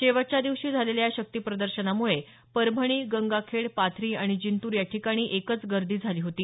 शेवटच्या दिवशी झालेल्या या शक्तीप्रदर्शनामुळे परभणी गंगाखेड पाथरी आणि जिंतूर याठिकाणी एकच गर्दी झाली होती